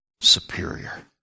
superior